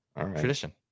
Tradition